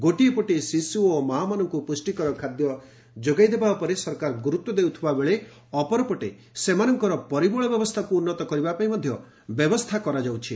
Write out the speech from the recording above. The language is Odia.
ଗୋଟିଏପଟେ ଶିଶୁ ଓ ମାଆମାନଙ୍କୁ ପୁଷ୍ଠିକର ଖାଦ୍ୟ ଯୋଗାଇବା ଉପରେ ସରକାର ଗୁରୁତ୍ୱ ଦେଉଥିବା ବେଳେ ଅପରପଟେ ସେମାନଙ୍କର ପରିମଳ ବ୍ୟବସ୍ଥାକୁ ଉନ୍ନତ କରିବା ପାଇଁ ବ୍ୟବସ୍ଥା କରାଯାଉଛି